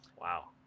Wow